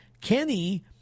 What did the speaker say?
Kenny